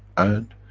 and,